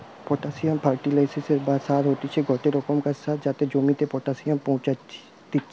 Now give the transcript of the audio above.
potassium ফার্টিলিসের বা সার হতিছে গটে রোকমকার সার যাতে জমিতে পটাসিয়াম পৌঁছাত্তিছে